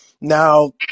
now